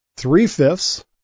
Three-fifths